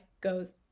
goes